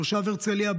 תושב הרצליה,